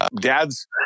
dad's